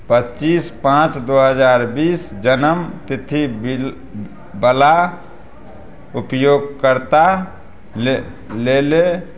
पचीस पाँच दू हजार बीस जनम तिथि बिल बला उपयोगकर्ता ले लेले